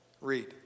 read